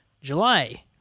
July